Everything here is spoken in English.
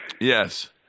Yes